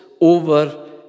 over